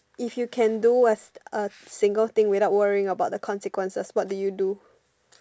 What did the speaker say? if you can do what's a single thing without worrying about the consequences what do you do